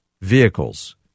vehicles